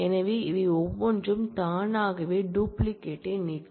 எனவே அவை ஒவ்வொன்றும் தானாகவே டூப்ளிகேட்டை நீக்கும்